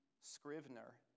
Scrivener